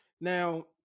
Now